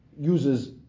uses